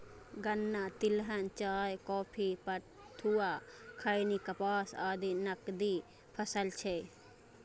गन्ना, तिलहन, चाय, कॉफी, पटुआ, खैनी, कपास आदि नकदी फसल छियै